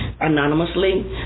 anonymously